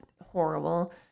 horrible